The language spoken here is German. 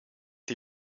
die